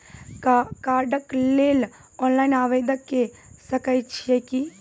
कार्डक लेल ऑनलाइन आवेदन के सकै छियै की?